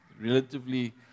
relatively